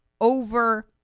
over